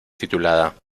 titulada